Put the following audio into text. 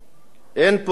אין פה אשם.